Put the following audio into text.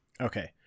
okay